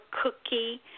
cookie